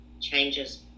changes